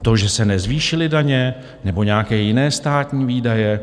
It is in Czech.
To, že se nezvýšily daně, nebo nějaké jiné státní výdaje?